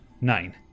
Nine